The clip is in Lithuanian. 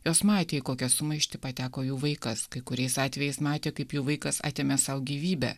jos matė į kokią sumaištį pateko jų vaikas kai kuriais atvejais matė kaip jų vaikas atėmė sau gyvybę